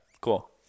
Cool